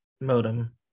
modem